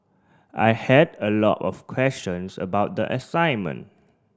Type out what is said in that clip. I had a lot of questions about the assignment